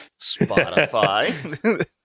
spotify